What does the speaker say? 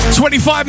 25